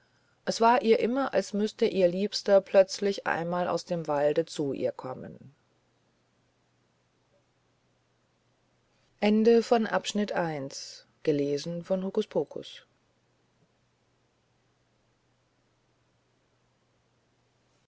es war ihr immer als müßt ihr liebster plötzlich einmal aus dem walde zu ihr kommen